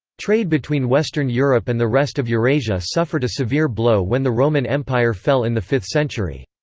trade between western europe and the rest of eurasia suffered a severe blow when the roman empire fell in the fifth century.